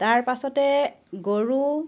তাৰ পাছতে গৰু